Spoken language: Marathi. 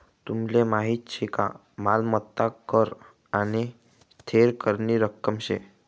तुमले माहीत शे का मालमत्ता कर आने थेर करनी रक्कम शे